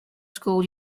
school